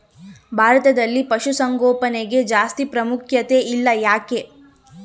ಭಾರತದಲ್ಲಿ ಪಶುಸಾಂಗೋಪನೆಗೆ ಜಾಸ್ತಿ ಪ್ರಾಮುಖ್ಯತೆ ಇಲ್ಲ ಯಾಕೆ?